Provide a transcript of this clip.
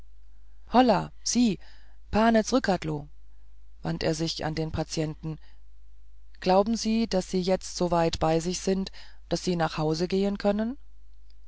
holla sie pane zrcadlo wandte er sich an den patienten glauben sie sind sie jetzt so weit bei sich daß sie nach hause gehen können